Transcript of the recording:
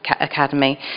academy